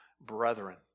brethren